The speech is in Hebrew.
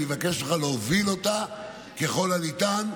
אני מבקש ממך להוביל אותה ככל הניתן,